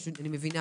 אני מבינה